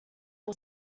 all